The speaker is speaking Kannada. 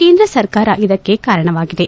ಕೇಂದ್ರ ಸರ್ಕಾರ ಇದಕ್ಕೆ ಕಾರಣವಾಗಿದೆ